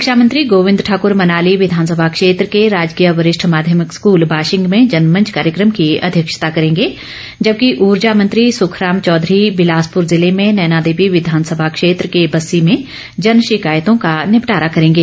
शिक्षा मंत्री गोविंद ठाकर मनाली विधानसभा क्षेत्र के राजकीय वरिष्ठ माध्यमिक स्कूल बाशिंग में जनमंच कार्यक्षता करेंगे जबकि ऊर्जा मंत्री सुखराम चौधरी बिलासपुर जिले में नैनादेवी विधानसभा क्षेत्र के बस्सी में जनशिकायतों का निपटारा करेंगे